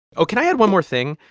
oh, can i add one more thing?